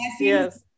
yes